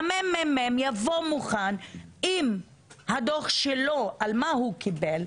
שהמ.מ.מ יבוא מוכן עם הדוח שלו על מה הוא קיבל,